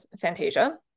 Fantasia